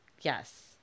Yes